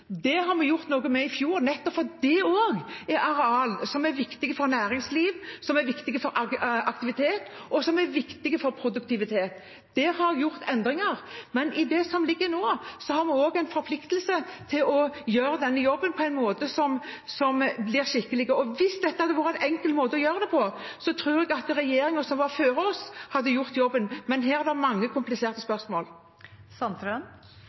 fjor nettopp fordi det også er areal som er viktig for næringsliv, for aktivitet og for produktivitet. Der har jeg gjort endringer, men i det som ligger nå, har vi også en forpliktelse til å gjøre denne jobben på en skikkelig måte. Hvis det hadde vært en enkel måte å gjøre dette på, tror jeg at regjeringen før oss hadde gjort jobben, men her er det mange kompliserte